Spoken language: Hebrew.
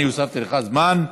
אני הוספתי לך זמן.